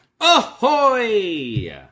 Ahoy